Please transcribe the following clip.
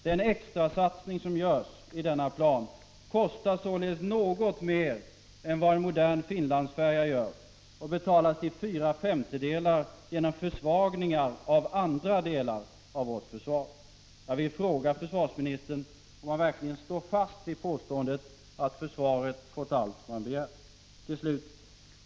Den extrasatsning som görs i denna plan kostar således något mer än en modern Finlandsfärja och betalas till fyra femtedelar genom försvagningar av andra delar av vårt försvar.